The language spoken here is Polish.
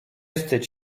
wstydź